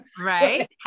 Right